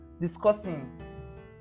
discussing